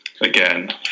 again